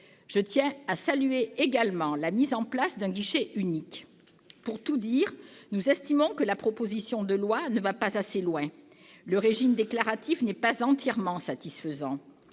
Je tiens également à saluer la mise en place d'un guichet unique. Pour tout dire, nous estimons que cette proposition de loi ne va pas assez loin. Le régime déclaratif n'est pas entièrement satisfaisant.